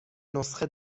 نسخه